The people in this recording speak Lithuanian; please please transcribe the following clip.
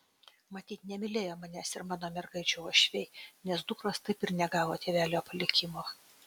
matyt nemylėjo manęs ir mano mergaičių uošviai nes dukros taip ir negavo tėvelio palikimo